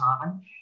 time